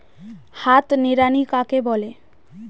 হাত নিড়ানি কাকে বলে?